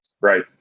right